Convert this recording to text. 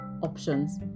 options